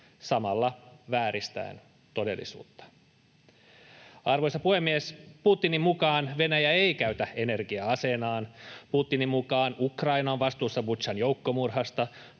samalla vääristäen todellisuutta. Arvoisa puhemies! Putinin mukaan Venäjä ei käytä energiaa aseenaan. Putinin mukaan Ukraina on vastuussa Butšan joukkomurhasta.